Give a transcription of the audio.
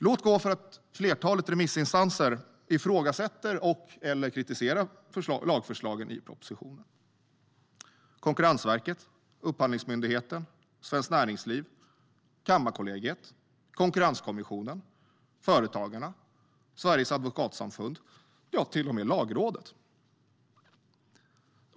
Låt gå för att flertalet remissinstanser ifrågasätter eller kritiserar lagförslagen i propositionen - Konkurrensverket, Upphandlingsmyndigheten, Svenskt Näringsliv, Kammarkollegiet, Konkurrenskommissionen, Företagarna, Sveriges Advokatsamfund och till och med Lagrådet.